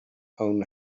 own